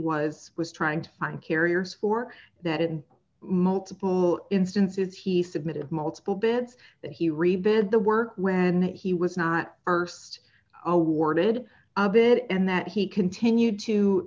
was was trying to find carriers for that in multiple instances he submitted multiple bits that he rebid the work when he was not st awarded a bit and that he continued to